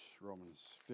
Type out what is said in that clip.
Romans